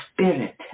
spirit